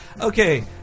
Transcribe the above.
okay